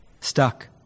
stuck